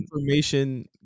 information